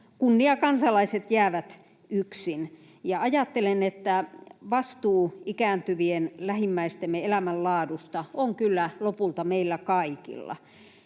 kunniakansalaiset jäävät yksin? Ajattelen, että vastuu ikääntyvien lähimmäistemme elämänlaadusta on kyllä lopulta meillä kaikilla.